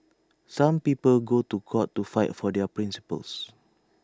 some people go to court to fight for their principles